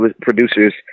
producers